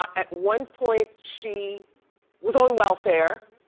at one point, she was on welfare.